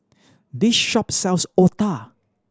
this shop sells otah